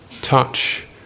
touch